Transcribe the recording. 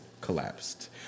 collapsed